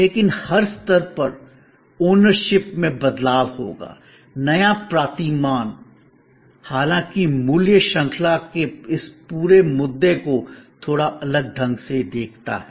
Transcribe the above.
लेकिन हर स्तर पर स्वामित्व ओनरशिप में बदलाव होगा नया प्रतिमान हालांकि मूल्य श्रृंखला के इस पूरे मुद्दे को थोड़ा अलग ढंग से देखता है